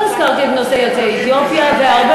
לא הזכרתי את נושא יוצאי אתיופיה, אנחנו בעד.